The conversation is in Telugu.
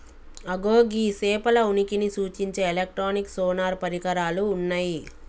అగో గీ సేపల ఉనికిని సూచించే ఎలక్ట్రానిక్ సోనార్ పరికరాలు ఉన్నయ్యి